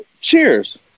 Cheers